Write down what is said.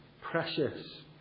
precious